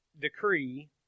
decree